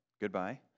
Goodbye